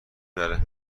بره